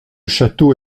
château